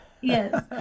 Yes